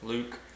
Luke